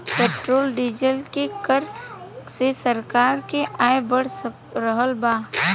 petrol diesel के कर से सरकार के आय बढ़ रहल बा